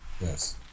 Yes